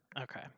Okay